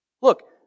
Look